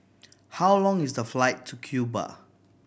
how long is the flight to Cuba